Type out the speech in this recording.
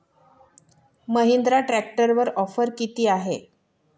महिंद्रा ट्रॅक्टरवर ऑफर किती आहे?